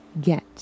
get